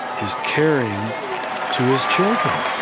his caring to his children